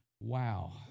Wow